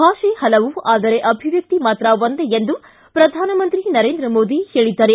ಭಾಷೆ ಹಲವು ಆದರೆ ಅಭಿವ್ಹಕ್ತಿ ಮಾತ್ರ ಒಂದೇ ಎಂದು ಪ್ರಧಾನಮಂತ್ರಿ ನರೇಂದ್ರ ಮೋದಿ ಹೇಳಿದ್ದಾರೆ